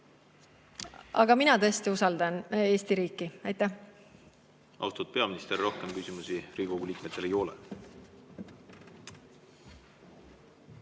Aga mina tõesti usaldan Eesti riiki. Austatud peaminister, rohkem küsimusi Riigikogu liikmetel ei ole.